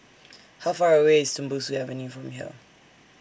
How Far away IS Tembusu Avenue from here